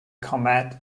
comet